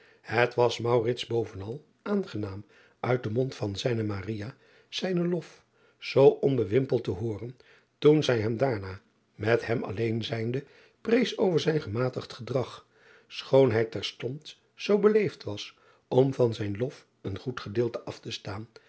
et was bovenal aangenaam uit den mond van zijne zijnen lof zoo onbewimpeld te hooren toen zij hem daarna met hem alleen zijnde prees over zijn gematigd gedrag driaan oosjes zn et leven van aurits ijnslager schoon hij terstond zoo beleefd was om van zijn lof een goed gedeelte af te staan